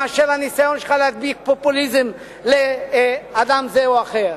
מאשר הניסיון שלך להדביק פופוליזם לאדם זה או אחר.